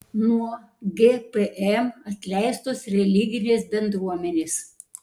nuo gpm atleistos religinės bendruomenės